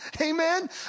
Amen